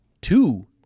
two